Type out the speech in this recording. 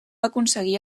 aconseguir